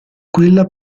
quella